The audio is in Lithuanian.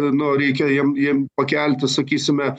nu reikia jiem jiem pakelti sakysime